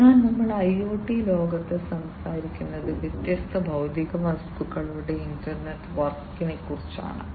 അതിനാൽ നമ്മൾ IoT ലോകത്ത് സംസാരിക്കുന്നത് വ്യത്യസ്ത ഭൌതിക വസ്തുക്കളുടെ ഇന്റർനെറ്റ് വർക്കിനെക്കുറിച്ചാണ്